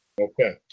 Okay